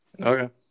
Okay